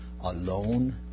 alone